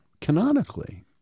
canonically